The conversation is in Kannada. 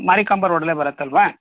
ಮಾರಿಕಾಂಬಾ ರೋಡಲ್ಲೇ ಬರುತ್ತಲ್ವಾ